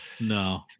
No